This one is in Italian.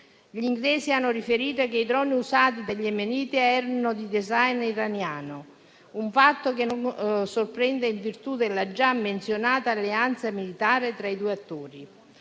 Gli inglesi hanno riferito che i droni usati dagli yemeniti erano di *design* iraniano, un fatto che non sorprende in virtù della già menzionata alleanza militare tra i due attori.